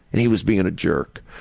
and he was being a jerk.